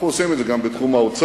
אנחנו עושים את זה גם בתחום האוצר,